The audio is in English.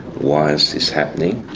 why is this happening?